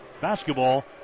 Basketball